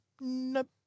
nope